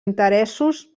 interessos